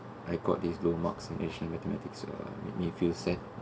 I got this low marks in additional mathematics so make me feel sad